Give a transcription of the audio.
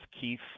Keith